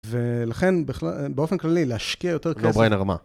ולכן, באופן כללי, להשקיע יותר כזה.